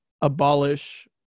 abolish